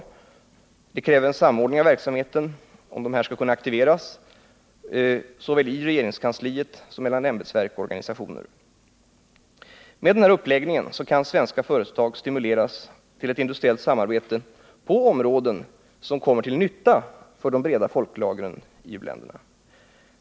Om sådana handelshus skall kunna aktiveras krävs en samordning av verksamheten såväl i regeringskansliet som mellan ämbetsverk och organisationer. Med den här uppläggningen skall svenska företag kunna stimuleras till ett industriellt samarbete på områden där det kommer till nytta för de breda folklagren i u-länderna.